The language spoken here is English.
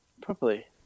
properly